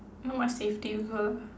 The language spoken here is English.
not much safety g~